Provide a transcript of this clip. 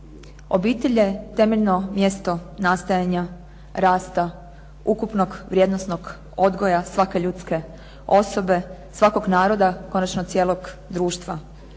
Obitelj je temeljno mjesto nastajanja, rasta, ukupnog vrijednosnog odgoja svake ljudske osobe, svakog naroda, konačno cijelog društva.